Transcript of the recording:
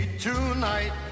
tonight